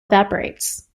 evaporates